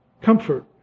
comfort